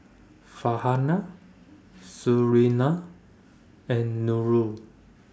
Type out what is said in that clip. Farhanah Surinam and Nurul